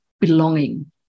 belonging